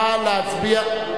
נא להצביע.